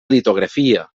litografia